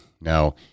Now